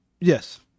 Yes